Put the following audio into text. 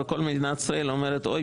וכל מדינת ישראל אומרת: אוי,